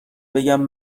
بگم